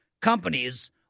companies